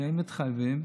שהם מתחייבים,